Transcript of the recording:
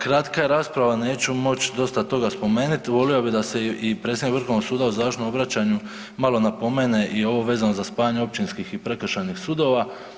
Kratka rasprava, neću moći dosta toga spomenit, volio bi da se i predsjednik Vrhovnog suda u završnom obraćanju malo napomene i ovo vezano za spajanje općinskih i prekršajnih sudova.